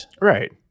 Right